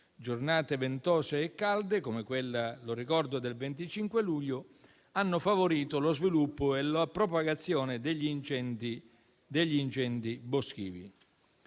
vento di scirocco - come quella del 25 luglio, hanno favorito lo sviluppo e la propagazione degli incendi boschivi.